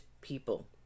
people